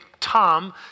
Tom